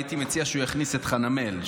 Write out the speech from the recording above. הייתי מציע שהוא יכניס את חנמאל,